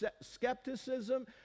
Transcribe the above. skepticism